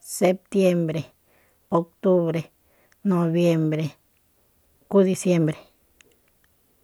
sektiembre, octubre, noviembre, disiembre.